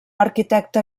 arquitecte